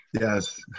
Yes